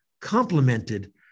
complemented